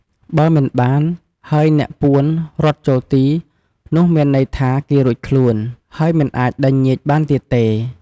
បើមិនបាន ហើយអ្នកពួនរត់ចូលទី នោះមានន័យថាគេរួចខ្លួន ហើយមិនអាចដេញញៀចបានទៀតទេ។